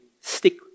stick